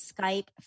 Skype